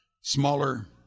smaller